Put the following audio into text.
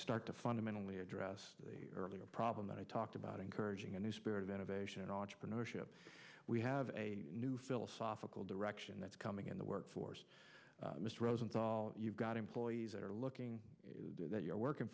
start to fundamentally address earlier problem that i talked about encouraging a new spirit of innovation and entrepreneurship we have a new philosophical direction that's coming in the workforce mr rosenthal you've got employees that are looking to that you're working